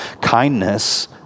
Kindness